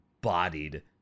bodied